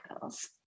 girls